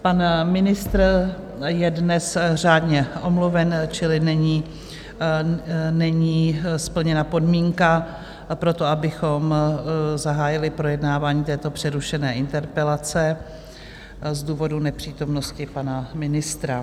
Pan ministr je dnes řádně omluven, čili není splněna podmínka pro to, abychom zahájili projednávání této přerušené interpelace, z důvodu nepřítomnosti pana ministra.